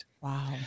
Wow